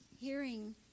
hearing